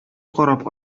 карап